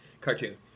cartoon